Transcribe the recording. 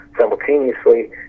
simultaneously